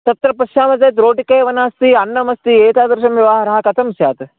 तत्र पश्यामः चेत् रोटिका एव नास्ति अन्नम् अस्ति एतादृशं व्यवहारः कथं स्यात्